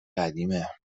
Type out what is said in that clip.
قدیمه